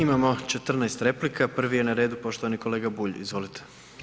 Imamo 14 replika, prvi je na redu poštovani kolega Bulj, izvolite.